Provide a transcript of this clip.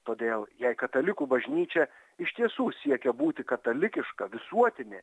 todėl jei katalikų bažnyčia iš tiesų siekia būti katalikiška visuotinė